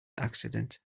accident